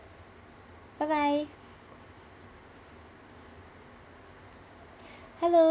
bye bye hello